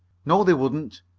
no, they wouldn't.